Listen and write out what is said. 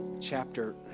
chapter